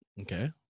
okay